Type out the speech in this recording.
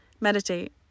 Meditate